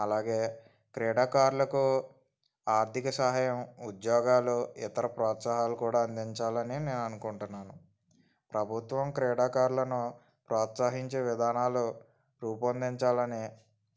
అలాగే క్రీడాకారులకు ఆర్థిక సహాయం ఉద్యోగాలు ఇతర ప్రోత్సాహాలు కూడా అందించాలని నేను అనుకుంటున్నాను ప్రభుత్వం క్రీడాకారులను ప్రోత్సహించే విధానాలు రూపొందించాలని